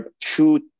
two